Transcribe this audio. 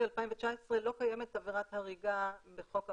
2019 לא קיימת עבירת הריגה בחוק העונשין.